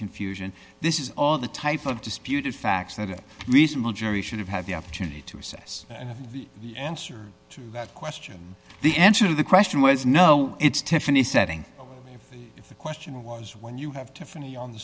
confusion this is all the type of disputed facts that reasonable jury should have had the opportunity to assess and of the answers to that question the answer to the question was no it's tiffany setting the question was when you have